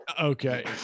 Okay